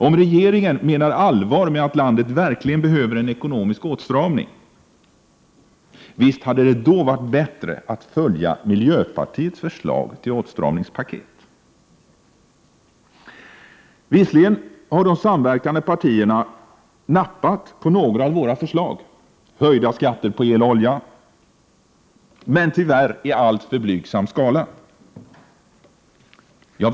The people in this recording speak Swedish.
Om regeringen menade allvar med att landet verkligen behöver en ekonomisk åtstramning — visst hade det då varit bättre att följa miljöpartiets förslag till åtstramningspaket. Visserligen har de samverkande partierna nappat på några av våra förslag — höjda skatter på el och olja — men tyvärr i alltför blygsam skala.